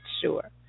sure